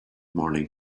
morning